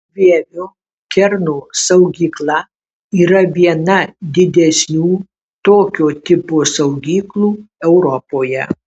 vievio kerno saugykla yra viena didesnių tokio tipo saugyklų europoje